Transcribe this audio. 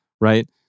right